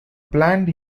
planned